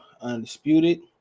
undisputed